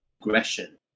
aggression